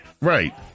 Right